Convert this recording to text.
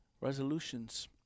resolutions